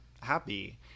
happy